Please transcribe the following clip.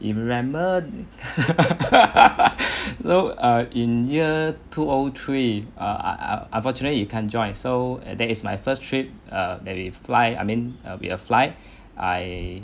you remember though uh in year two O O three uh unfortunately you can't join so that is my first trip uh that we fly I mean uh we uh fly I